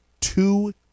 two